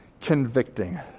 convicting